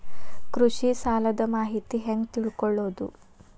ಕೃಷಿ ಸಾಲದ ಮಾಹಿತಿ ಹೆಂಗ್ ತಿಳ್ಕೊಳ್ಳೋದು?